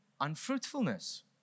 unfruitfulness